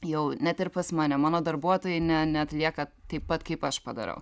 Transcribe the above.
jau net ir pas mane mano darbuotojai ne neatlieka taip pat kaip aš padarau